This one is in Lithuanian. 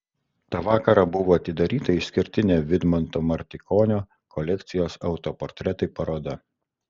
tą vakarą buvo atidaryta išskirtinė vidmanto martikonio kolekcijos autoportretai paroda